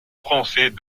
français